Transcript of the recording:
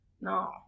no